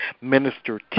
Minister